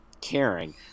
caring